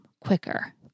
quicker